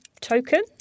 token